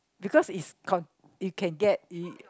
because is con~ you can get ea~